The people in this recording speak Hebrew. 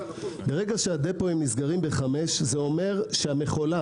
ברגע שהדפואים נסגרים ב-5 זה אומר שהמכולה